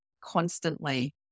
constantly